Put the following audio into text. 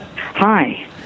Hi